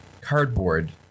cardboard